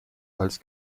als